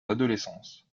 adolescence